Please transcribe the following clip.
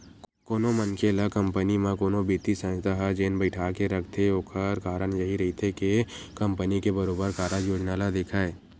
कोनो मनखे ल कंपनी म कोनो बित्तीय संस्था ह जेन बइठाके रखथे ओखर कारन यहीं रहिथे के कंपनी के बरोबर कारज योजना ल देखय